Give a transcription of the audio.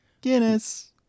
guinness